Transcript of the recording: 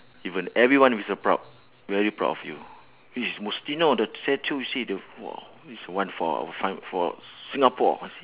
even everyone is so proud very proud of you this is mustino the statue you see the !wah! this is the one for fight for singapore ah see